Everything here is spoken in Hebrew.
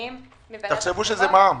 בטוח.